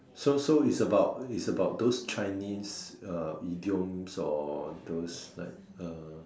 so so is about is about those Chinese uh idioms or those like uh